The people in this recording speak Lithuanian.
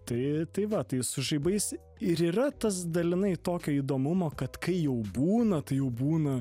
tai tai va tai su žaibais ir yra tas dalinai tokio įdomumo kad kai jau būna tai jau būna